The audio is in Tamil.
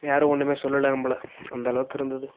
யாரும் ஒன்றுமே சொல்லலை நம்மள அந்த அளவுக்கு இருந்தது